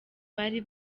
bari